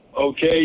okay